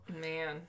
Man